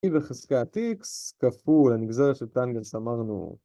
E בחזקת X כפול הנגזרת של טנגנס אמרנו